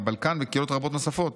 מהבלקן וקהילות רבות נוספות.